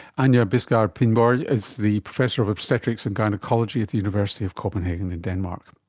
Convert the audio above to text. anja bisgaard pinborg is the professor of obstetrics and gynaecology at the university of copenhagen in denmark.